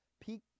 peak